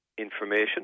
information